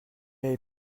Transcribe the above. avait